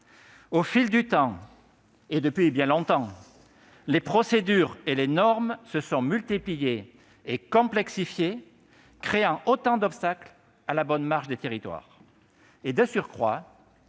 aussi à nous. Au fil du temps, les procédures et les normes se sont multipliées et complexifiées, créant autant d'obstacles à la bonne marche des territoires, et, de surcroît,